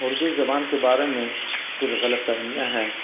اردو زبان کے بارے میں کچھ غلط فہمیاں ہیں